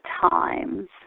times